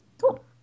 cool